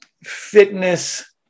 fitness